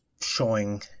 showing